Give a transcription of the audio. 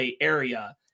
area